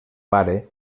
pare